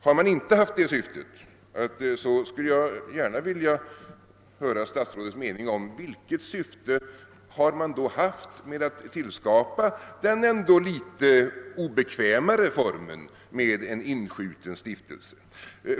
Har man inte haft det syftet skulle jag gärna vilja höra statsrådets mening om vilket syfte man haft med att skapa den ändå litet obekvämare formen med en inskjuten stiftelse.